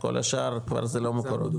כל השאר כבר זה לא מקורות.